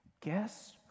guess